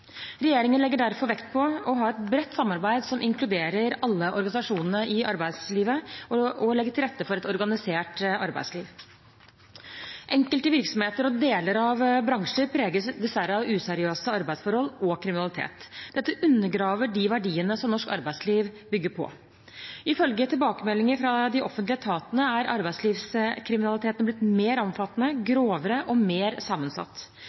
Regjeringen legger derfor vekt på å ha et bredt samarbeid som inkluderer alle organisasjonene i arbeidslivet, og å legge til rette for et organisert arbeidsliv. Enkelte virksomheter og deler av bransjer preges dessverre av useriøse arbeidsforhold og kriminalitet. Dette undergraver de verdiene som norsk arbeidsliv bygger på. Ifølge tilbakemeldinger fra de offentlige etatene er arbeidslivskriminaliteten blitt mer omfattende, grovere og mer sammensatt.